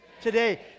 Today